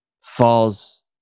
falls